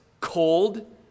cold